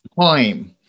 time